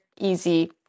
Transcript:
easy